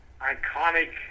iconic